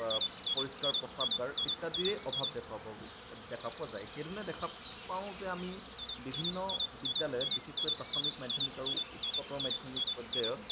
পৰিস্কাৰ প্ৰস্ৰাৱগাৰ ইত্যাদিৰে অভাৱ দেখা পোৱা দেখা পোৱা যায় সেইধৰণে দেখা পাওঁ যে আমি বিভিন্ন বিদ্যালয়ত বিশেষকৈ প্ৰাথমিক মাধ্যমিক আৰু উচ্চতৰ মাধ্যমিক পৰ্যায়ত